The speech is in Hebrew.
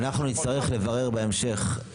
אנחנו נצטרך לברר בהמשך.